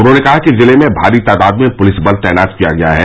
उन्होंने कहा कि जिले में भारी तादाद में पुलिस बल तैनात किया गया है